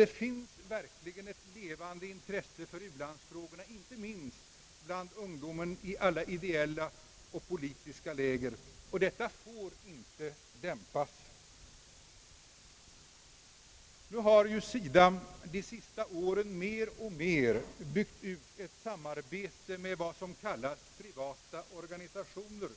Det finns verkligen ett levande intresse för u-landsfrågorna, inte minst bland ungdomen i alla ideella och politiska läger, och detta får inte dämpas. SIDA har under de se naste åren mer och mer byggt ut ett samarbete med vad som kan kallas privata organisationer